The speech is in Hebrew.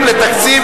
סעיף 33,